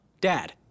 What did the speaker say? dad